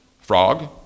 Frog